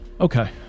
Okay